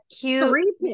cute